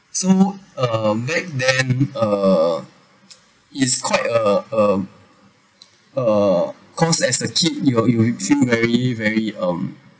so uh back then uh it's quite uh uh uh cause as a kid you're you seem very very um